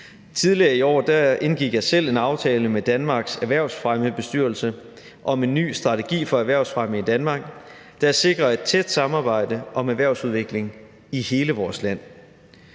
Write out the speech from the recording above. Tidligere i år indgik jeg selv en aftale med Danmarks Erhvervsfremmebestyrelse om en ny strategi for erhvervsfremme i Danmark, der sikrer et tæt samarbejde om erhvervsudvikling i hele vores land.